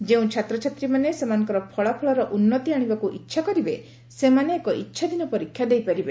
ଯେଉଁ ଛାତ୍ରଛାତ୍ରୀମାନେ ସେମାନଙ୍କର ଫଳାଫଳର ଉନ୍ନତି ଆଶିବାକୁ ଇଚ୍ଛାକରି ସେମାନେ ଏହି ଇଚ୍ଛାଧୀନ ପରୀକ୍ଷା ଦେଇପାରିବେ